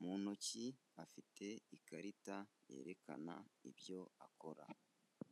mu ntoki afite ikarita yerekana ibyo akora.